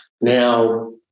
now